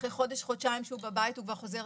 אחרי חודש-חודשיים שהוא בבית הוא כבר חוזר